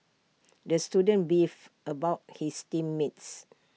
the student beefed about his team mates